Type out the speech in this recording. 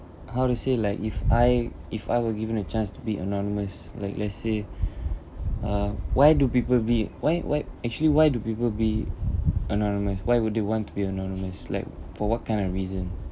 how to say like if I if I were given a chance to be anonymous like let's say uh why do people be why why actually why do people be anonymous why would they want to be anonymous like for what kind of reason